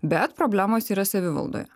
bet problemos yra savivaldoje